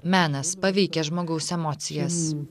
menas paveikia žmogaus emocijas